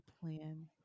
plan